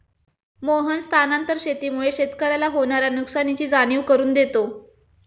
मोहन स्थानांतरण शेतीमुळे शेतकऱ्याला होणार्या नुकसानीची जाणीव करून देतो